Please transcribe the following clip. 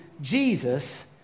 Jesus